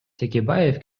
текебаев